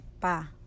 pa